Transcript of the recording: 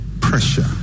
pressure